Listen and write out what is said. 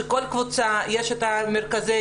שבכל קבוצה יש את המרכזות,